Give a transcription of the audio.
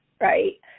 right